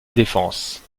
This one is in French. défense